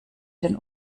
den